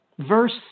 Verse